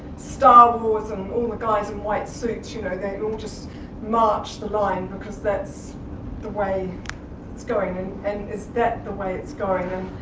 star wars and all the guys in white suits, you know they all just march the line because that's the way it's going and and is that the way it's going?